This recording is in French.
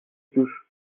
touche